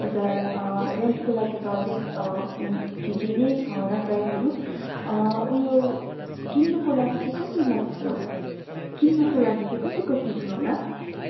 हजुर रेन्टको लागि त अलिक ठिकै नै छ होला प्राइसहरू उयो किन्नुको लागि चाहिँ कति लाग्छ किन्नुको लागि चाहिँ कति कति छ होला